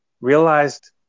realized